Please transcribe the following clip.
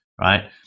right